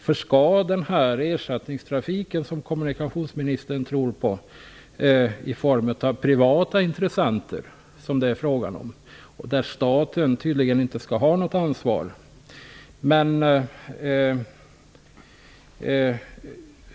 Kommunikationsministern tror på en ersättningstrafik i form av privata intressenter där staten tydligen inte skall ha något ansvar.